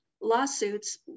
lawsuits